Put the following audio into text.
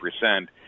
percent